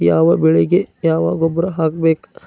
ಯಾವ ಬೆಳಿಗೆ ಯಾವ ಗೊಬ್ಬರ ಹಾಕ್ಬೇಕ್?